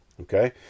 okay